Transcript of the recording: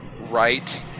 Right